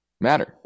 matter